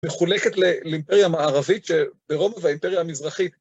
מחולקת לאימפריה מערבית ברומא והאימפריה המזרחית.